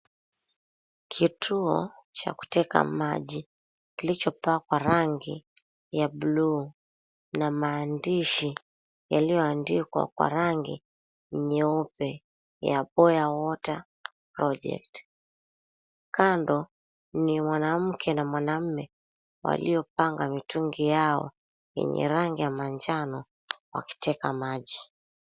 ...kituo cha kuteka maji kilichopakwa rangi ya blue na maandishi yaliyoandikwa kwa rangi nyeupe ya, Boya Water Project. Kando ni mwanamke na mwanaume waliopanga mitungi yao yenye rangi ya manjano wakiteka maji.